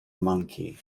monkey